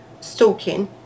stalking